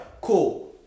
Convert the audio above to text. cool